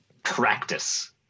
practice